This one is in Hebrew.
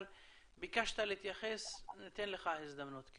אבל ביקשת להתייחס וניתן לך הזדמנות.